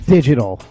Digital